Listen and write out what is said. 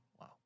Wow